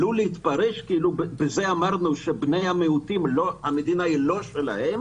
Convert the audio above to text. עלול להתפרש כאילו בזה אמרנו שהמדינה היא לא של בני המיעוטים.